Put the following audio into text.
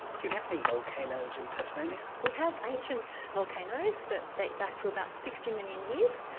do you have any volcanoes in tasmania? we have ancient volcanoes that date back to about sixty million years.